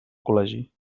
col·legi